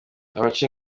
abaca